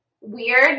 weird